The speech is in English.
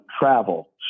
travel